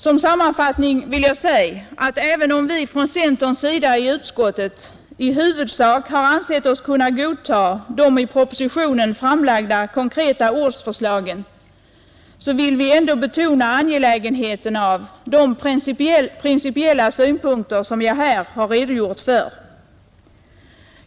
Som sammanfattning vill jag säga att även om vi från centerns sida i utskottet i huvudsak har ansett oss kunna godta de i propositionen framlagda konkreta ortsförslagen vill vi ändå betona angelägenheten av de principiella synpunkter som jag här redogjort för.